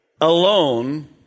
alone